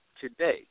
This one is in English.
today